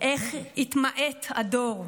איך התמעט הדור.